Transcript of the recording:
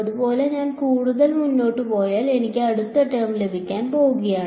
അതുപോലെ ഞാൻ കൂടുതൽ മുന്നോട്ട് പോയാൽ എനിക്ക് അടുത്ത ടേം ലഭിക്കാൻ പോകുകയാണ്